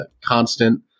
constant